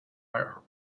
are